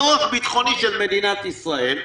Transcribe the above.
צורך ביטחוני של מדינת ישראל,